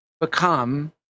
become